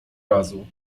razu